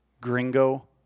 gringo